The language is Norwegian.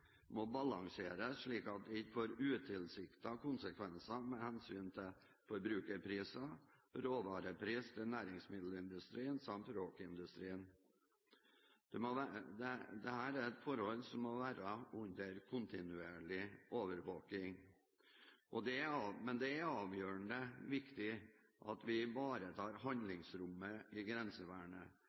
må balanseres slik at det ikke får utilsiktede konsekvenser med hensyn til forbrukerpriser, råvarepris til næringsmiddelindustrien samt RÅK-industrien. Dette må være under kontinuerlig overvåking. Men det er avgjørende viktig at vi ivaretar handlingsrommet i grensevernet,